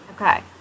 Okay